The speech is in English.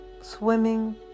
swimming